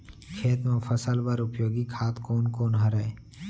खेत म फसल बर उपयोगी खाद कोन कोन हरय?